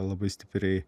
labai stipriai